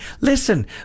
listen